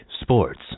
sports